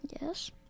Yes